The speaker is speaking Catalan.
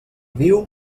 viu